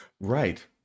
Right